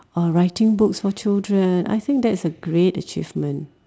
or writing books for children I think that's a great achievement